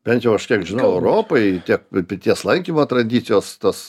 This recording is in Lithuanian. bent jau aš kiek žinau europoj tiek pirties lankymo tradicijos tos